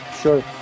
Sure